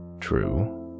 true